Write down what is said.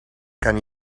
kan